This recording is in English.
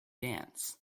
dance